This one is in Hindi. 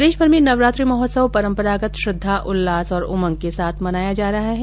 प्रदेश भर में नवरात्रि महोत्सव परम्परागत श्रद्वा उल्लास और उमंग के साथ मनाया जा रहा है